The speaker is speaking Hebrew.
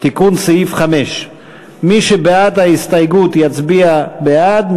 תיקון סעיף 5. מי שבעד ההסתייגות יצביע בעד,